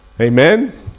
Amen